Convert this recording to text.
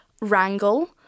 wrangle